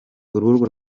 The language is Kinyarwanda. urubuga